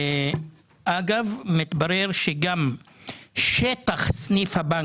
אגב, מתברר שגם שטחי סניף הבנק,